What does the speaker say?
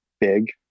big